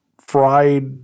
fried